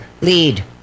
Lead